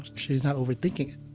she's not overthinking